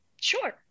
Sure